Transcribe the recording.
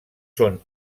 són